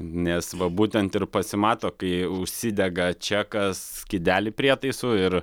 nes va būtent ir pasimato kai užsidega čekas skydelį prietaisų ir